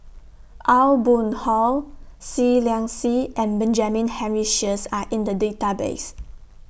Aw Boon Haw Seah Liang Seah and Benjamin Henry Sheares Are in The Database